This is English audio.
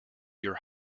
your